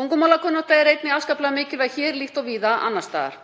Tungumálakunnátta er einnig afskaplega mikilvæg hér líkt og víða annars staðar